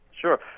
Sure